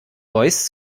voice